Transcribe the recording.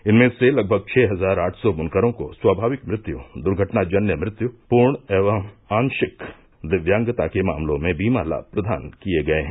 इनमें से लगभग छह हजार आठ सौ ब्नकरों को स्वाभाविक मृत्य द्र्घटनाजन्य मृत्य पूर्ण या आंशिक दिव्यांगता के मामलों में बीमा लाभ प्रदान किए गए हैं